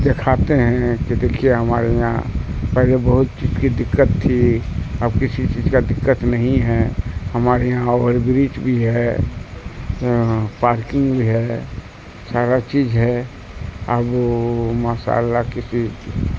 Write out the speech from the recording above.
دکھاتے ہیں کہ دیکھیے ہمارے یہاں پہلے بہت چیز کی دقت تھی اب کسی چیز کا دقت نہیں ہے ہمارے یہاں اوور برج بھی ہے پارکنگ بھی ہے سارا چیز ہے اب ماشاء اللہ کسی